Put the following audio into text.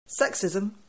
Sexism